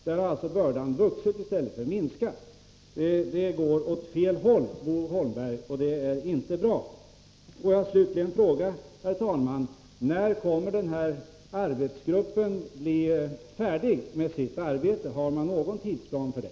Här har bördan alltså vuxit i stället för minskat. Det går åt fel håll, Bo Holmberg. Det är inte bra. Får jag slutligen fråga: När kommer arbetsgruppen att bli färdig med sitt arbete? Har man någon tidsplan för det?